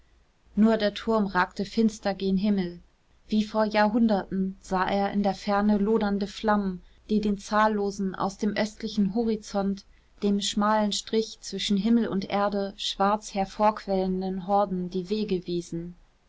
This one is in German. nur der turm ragte finster gen himmel wie vor jahrhunderten sah er in der ferne lodernde flammen die den zahllosen aus dem östlichen horizont dem schmalen strich zwischen himmel und erde schwarz hervorquellenden horden die wege wiesen